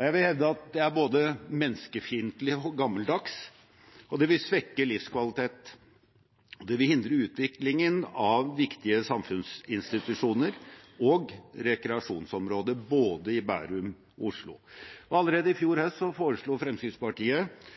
Jeg vil hevde at det er både menneskefiendtlig og gammeldags, og at det vil svekke livskvalitet. Det vil hindre utviklingen av viktige samfunnsinstitusjoner og rekreasjonsområder, både i Bærum og i Oslo. Allerede i fjor høst foreslo Fremskrittspartiet